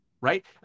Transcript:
Right